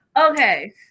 Okay